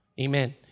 Amen